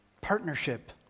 partnership